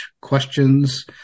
questions